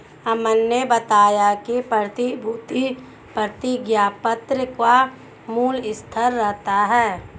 अमन ने बताया कि प्रतिभूति प्रतिज्ञापत्र का मूल्य स्थिर रहता है